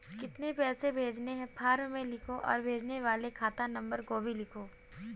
कितने पैसे भेजने हैं फॉर्म में लिखो और भेजने वाले खाता नंबर को भी लिखो